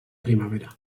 primavera